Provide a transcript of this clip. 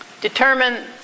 determine